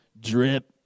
drip